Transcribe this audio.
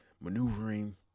maneuvering